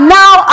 now